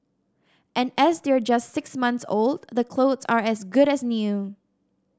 and as they're just six months old the clothes are as good as new